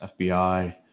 FBI